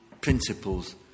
principles